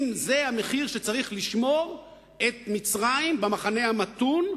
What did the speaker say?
אם זה המחיר שצריך כדי לשמור את מצרים במחנה המתון,